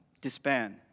disband